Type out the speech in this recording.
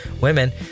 women